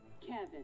Kevin